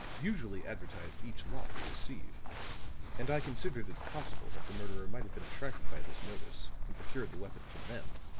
usually advertise each lot they receive and i considered it possible that the murderer might have been attracted by this notice and procured the weapon from them.